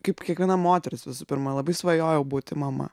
kaip kiekviena moteris visų pirma labai svajojau būti mama